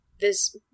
this-